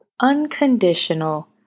unconditional